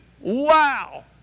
wow